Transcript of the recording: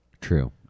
true